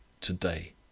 today